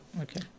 okay